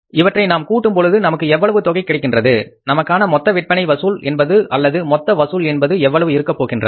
இவற்றை நாம் கூட்டும் பொழுது நமக்கு எவ்வளவு தொகை கிடைக்கின்றது நமக்கான மொத்தவிற்பனை வசூல் என்பது அல்லது மொத்த வசூல் என்பது எவ்வளவு இருக்கப் போகின்றது